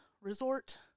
resort